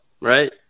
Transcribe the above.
right